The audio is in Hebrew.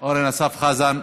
אורן אסף חזן.